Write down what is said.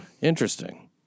Interesting